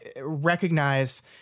recognize